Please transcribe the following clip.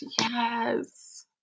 yes